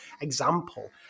example